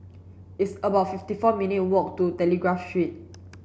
it's about fifty four minute a walk to Telegraph Street